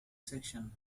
section